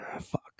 fuck